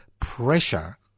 pressure